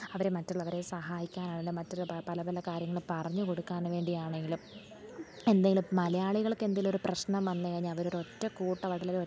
അവർ മറ്റുള്ളവരെ സഹായിക്കാനാണെങ്കിലും മറ്റൊരു പല പല കാര്യങ്ങൾ പറഞ്ഞ് കൊടുക്കാൻ വേണ്ടി ആണെങ്കിലും എന്തെങ്കിലും മലയാളികൾക്ക് എന്തെങ്കിലും ഒരു പ്രശ്നം വന്നുകഴിഞ്ഞാൽ അവരൊരു ഒറ്റ കൂട്ടമായിട്ട് അല്ലെങ്കിൽ